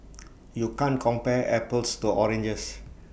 you can't compare apples to oranges